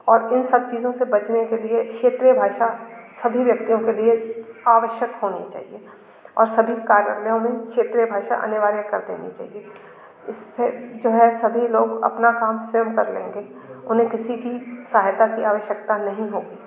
और इन सब चीज़ों से बचने के लिए क्षेत्रीय भाषा सभी व्यक्तियों के लिए आवश्यक होनी चाहिए और सभी कार्यालयों में क्षेत्रीय भाषा अनिवार्य कर देनी चाहिए इससे जो है सभी लोग अपना काम स्वयं कर लेंगे उन्हें किसी की सहायता कि आवश्यकता नहीं होगी